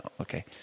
Okay